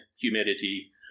humidity